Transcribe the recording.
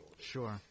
Sure